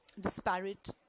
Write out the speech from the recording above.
disparate